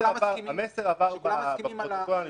המסר עבר בפרוטוקול.